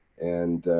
and.